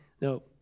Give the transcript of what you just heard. No